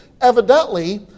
Evidently